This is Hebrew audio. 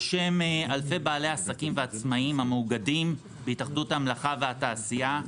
בשם אלפי בעלי עסקים ועצמאיים המאוגדים בהתאחדות המלאכה והתעשייה,